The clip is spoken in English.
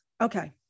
okay